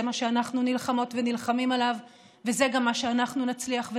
זה מה שאנחנו נלחמות ונלחמים עליו וזה גם מה שאנחנו נצליח לעשות,